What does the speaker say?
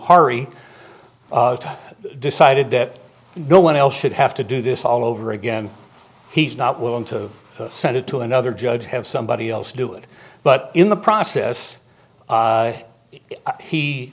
zahari decided that the one else should have to do this all over again he's not willing to send it to another judge have somebody else do it but in the process